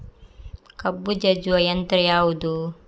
ಕಬ್ಬು ಜಜ್ಜುವ ಯಂತ್ರ ಯಾವುದು?